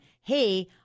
hey